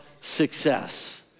success